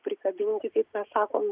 prikabinti kaip mes sakom